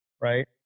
right